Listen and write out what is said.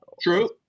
True